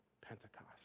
Pentecost